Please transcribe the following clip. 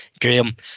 Graham